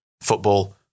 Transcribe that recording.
Football